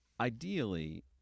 Ideally